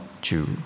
Jew